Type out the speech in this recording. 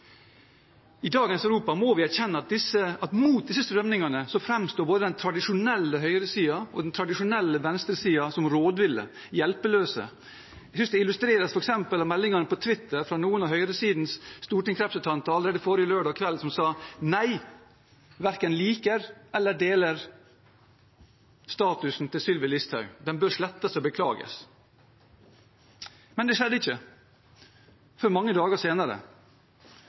I dagens Europa må vi erkjenne at mot disse strømningene framstår både den tradisjonelle høyresiden og den tradisjonelle venstresiden som rådville og hjelpeløse. Jeg synes det illustreres f.eks. av meldingene på Twitter fra noen av høyresidens stortingsrepresentanter allerede forrige lørdag kveld, som sa: «Nei, verken liker eller deler statusen til Sylvi Listhaug. Den bør slettes og beklages.» Men det skjedde ikke før mange dager senere,